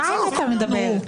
כל הזמן אתה מדבר.